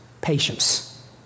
patience